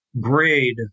grade